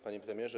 Panie Premierze!